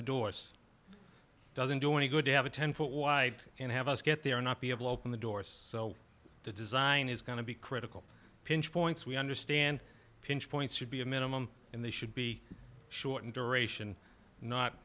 the doors doesn't do any good to have a ten foot wide and have us get there or not be able open the doors so the design is going to be critical pinch points we understand pinch points should be a minimum and they should be shortened duration